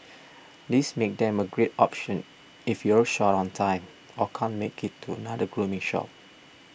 this makes them a great option if you're short on time or can't make it to another grooming shop